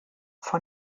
von